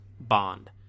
Bond